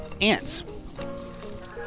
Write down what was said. Ants